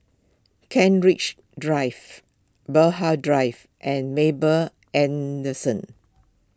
Kent Ridge Drive Drive and